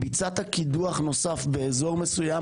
ביצעת קידוח נוסף באזור מסוים,